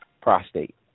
prostate